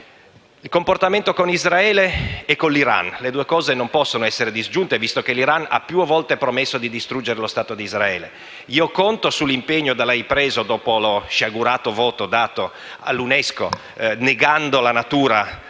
nei confronti di Israele e dell'Iran: le due cose non possono essere disgiunte visto che l'Iran ha più volte promesso di distruggere lo Stato di Israele. Io conto sull'impegno da lei preso dopo lo sciagurato voto dato all'UNESCO negando l'importanza